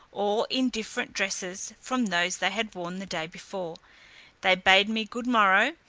all in different dresses from those they had worn the day before they bade me good-morrow,